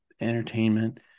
entertainment